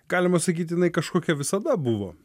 galima sakyt jinai kažkokia visada buvo